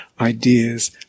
ideas